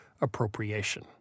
appropriation